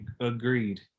Agreed